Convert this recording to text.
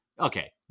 Okay